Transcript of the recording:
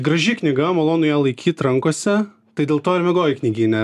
graži knyga malonu ją laikyt rankose tai dėl to ir miegojai knygyne